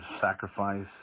sacrifice